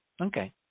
Okay